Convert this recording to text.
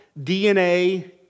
DNA